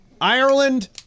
Ireland